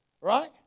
Right